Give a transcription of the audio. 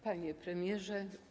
Panie Premierze!